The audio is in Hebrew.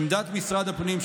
עמדת משרד הפנים,